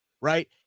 right